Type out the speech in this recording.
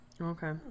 Okay